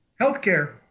healthcare